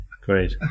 great